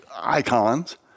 icons